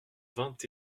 vingt